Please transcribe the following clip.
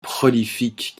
prolifique